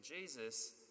Jesus